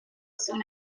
soon